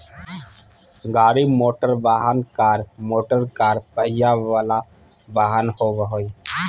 गाड़ी मोटरवाहन, car motorcar पहिया वला वाहन होबो हइ